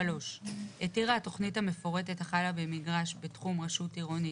(3)התירה התכנית המפורטת החלה במגרש בתחום רשות עירונית,